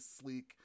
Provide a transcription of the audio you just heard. sleek